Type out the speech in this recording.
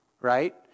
right